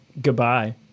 Goodbye